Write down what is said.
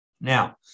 Now